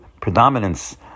predominance